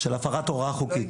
של הפרת הוראה חוקית.